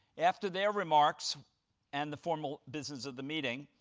after their remarks and the formal business of the meeting,